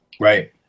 Right